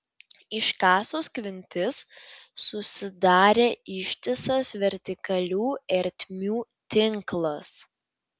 iškasus klintis susidarė ištisas vertikalių ertmių tinklas